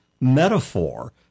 metaphor